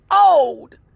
old